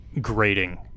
grating